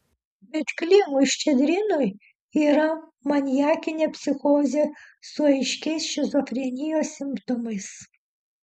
bet klimui ščedrinui yra maniakinė psichozė su aiškiais šizofrenijos simptomais